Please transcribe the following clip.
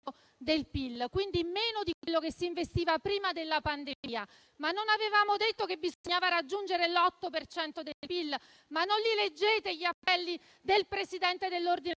del PIL, meno di quello che si investiva prima della pandemia. Ma non avevamo detto che bisognava raggiungere l'8 per cento del PIL? Ma non li leggete gli appelli del presidente dell'Ordine